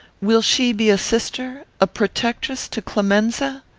will she be a sister, a protectress, to clemenza?